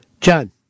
John